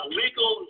legal